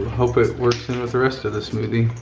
hope it works in with the rest of the smoothie.